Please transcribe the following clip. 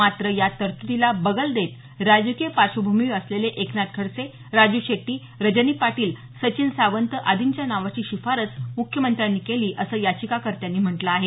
मात्र या तरतुदीला बगल देत राजकीय पार्श्वभूमी असलेले एकनाथ खडसे राजू शेट्टी रजनी पाटील सचिन सावंत आदींच्या नावांची शिफारस मुख्यमंत्र्यांनी केली असं याचिकाकर्त्यांनी म्हटलं आहे